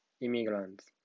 immigrants